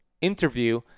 interview